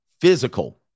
Physical